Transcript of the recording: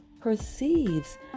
perceives